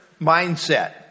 mindset